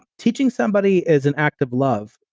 teaching somebody is an act of love.